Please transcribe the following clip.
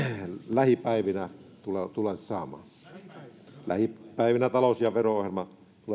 lähipäivinä se tullaan saamaan lähipäivinä talous ja vero ohjelma